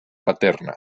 paterna